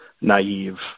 naive